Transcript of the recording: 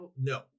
No